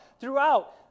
throughout